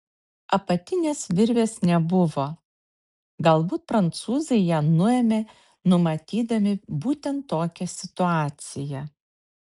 apatinės virvės nebuvo galbūt prancūzai ją nuėmė numatydami būtent tokią situaciją